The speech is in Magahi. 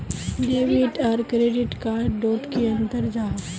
डेबिट आर क्रेडिट कार्ड डोट की अंतर जाहा?